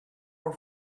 our